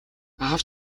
аав